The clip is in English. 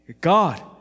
God